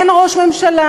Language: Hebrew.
אין ראש ממשלה.